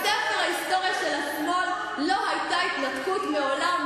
בספר ההיסטוריה של השמאל לא היתה התנתקות מעולם,